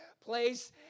place